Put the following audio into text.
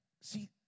See